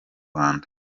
rwanda